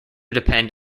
depend